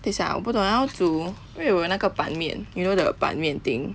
等一下我不懂要煮因为我有那个板面 you know the 板面 thing